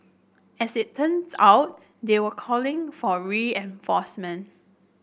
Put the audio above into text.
as it turns out they were calling for reinforcement